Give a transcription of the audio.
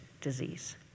disease